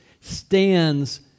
stands